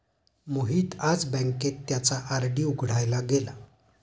मोहित आज बँकेत त्याचा आर.डी उघडायला गेला